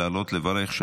לעלות ולברך.